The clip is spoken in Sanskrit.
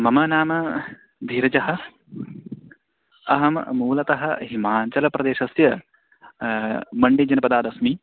मम नाम धीरजः अहं मूलतः हिमाञ्चलप्रदेशस्य मण्डी जनपदादस्मि